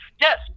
yes